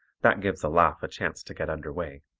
that gives a laugh a chance to get under way.